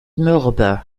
mürbe